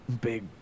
big